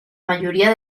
majoria